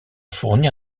fournit